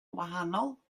wahanol